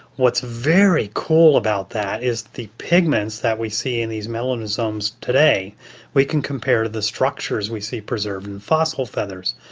what's very cool about that is the pigments that we see in these melanosomes today we can compare to the structures we see preserved in fossil feathers.